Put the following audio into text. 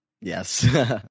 Yes